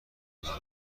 گردم